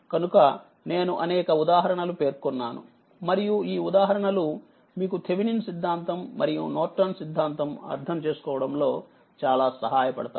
కనుకనేనుఅనేక ఉదాహరణలు పేర్కొన్నాను మరియు ఈ ఉదాహరణలు మీకు థేవినిన్ సిద్దాంతం మరియు నార్టన్ సిద్దాంతం అర్ధం చేసుకోవడంలో చాలా సహాయపడతాయి